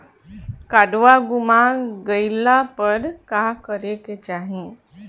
काडवा गुमा गइला पर का करेके चाहीं?